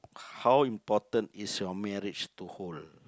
how important is your marriage to hold